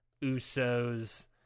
Usos